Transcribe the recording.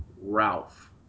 Ralph